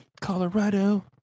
Colorado